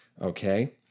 Okay